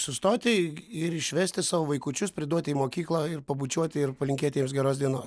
sustoti ir išvesti savo vaikučius priduoti į mokyklą ir pabučiuoti ir palinkėti jiems geros dienos